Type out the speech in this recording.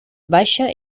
baixa